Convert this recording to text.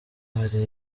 hari